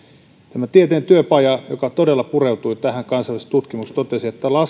tämä tieteen työpaja joka todella pureutui tähän kansallisessa tutkimuksessa totesi että